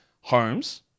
Holmes